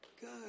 Good